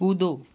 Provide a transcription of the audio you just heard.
कूदो